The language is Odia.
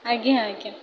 ଆଜ୍ଞା ଆଜ୍ଞା